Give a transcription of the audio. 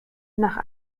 nach